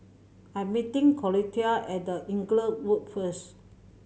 I'm meeting Clotilde at The Inglewood first